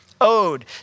ode